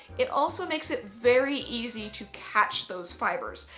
it also makes it very easy to catch those fibres.